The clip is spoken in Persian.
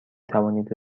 توانید